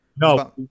No